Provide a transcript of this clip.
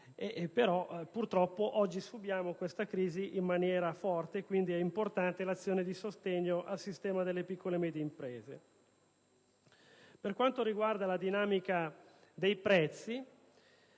ma purtroppo oggi subiamo questa crisi in maniera forte. Quindi, è importante l'azione di sostegno al sistema delle piccole e medie imprese. Per quanto riguarda la dinamica dei prezzi,